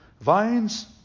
Vines